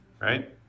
Right